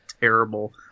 terrible